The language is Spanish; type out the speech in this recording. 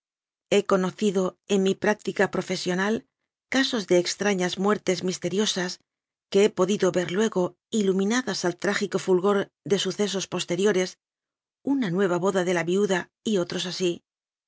he conocido en mi práctica profesional casos de extrañas muertes misteriosas que he podido ver luego iluminadas al trágico fulgor de sucesos posteriores una nueva boda de la viuda y otros así